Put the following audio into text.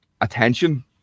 attention